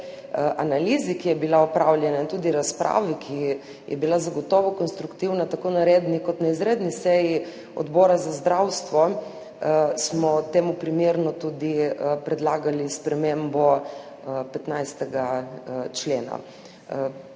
analize, ki je bila opravljena, in tudi razprave, ki je bila zagotovo konstruktivna tako na redni kot na izredni seji Odbora za zdravstvo, smo temu primerno tudi predlagali spremembo 15. člena.